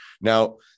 Now